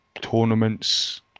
tournaments